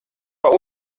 but